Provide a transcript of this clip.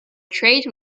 trade